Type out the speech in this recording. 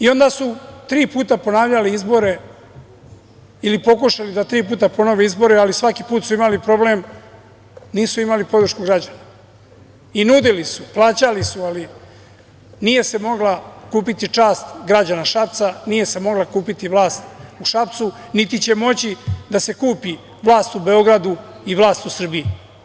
Onda su tri puta ponavljali izbore ili pokušali da tri puta ponove izbore, ali svaki put su imali problem, nisu imali podršku građana i nudili su, plaćali su, ali nije se mogla kupiti čast građana Šapca, nije se mogla kupiti vlast u Šapcu, niti će moći da se kupi vlast u Beogradu i vlast u Srbiji.